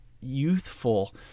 youthful